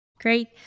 Great